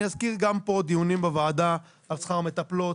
אני אזכיר גם פה דיונים בוועדה על שכר מטפלות,